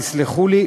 תסלחו לי,